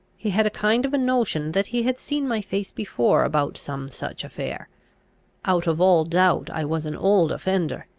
he had a kind of a notion that he had seen my face before about some such affair out of all doubt i was an old offender.